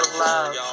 love